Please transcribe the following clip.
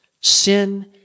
Sin